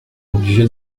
obligé